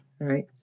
Right